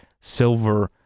silver